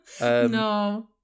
no